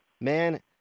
Man